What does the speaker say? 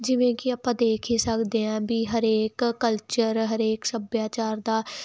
ਜਿਵੇਂ ਕਿ ਆਪਾਂ ਦੇਖ ਹੀ ਸਕਦੇ ਆ ਵੀ ਹਰੇਕ ਕਲਚਰ ਹਰੇਕ ਸੱਭਿਆਚਾਰ ਦਾ